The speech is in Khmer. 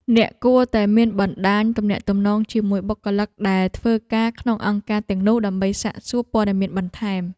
អ្នកគួរតែមានបណ្តាញទំនាក់ទំនងជាមួយបុគ្គលិកដែលធ្វើការក្នុងអង្គការទាំងនោះដើម្បីសាកសួរព័ត៌មានបន្ថែម។